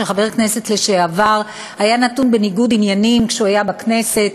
שחבר כנסת לשעבר היה נתון בניגוד עניינים כשהוא היה בכנסת,